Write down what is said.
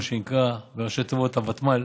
מה שנקרא בראשי תיבות הוותמ"ל,